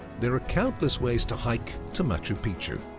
there are countless ways to hike to machu picchu.